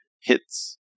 hits